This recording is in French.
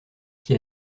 qui